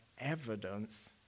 evidence